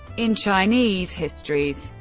in chinese histories,